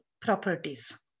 properties